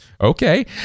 okay